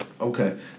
Okay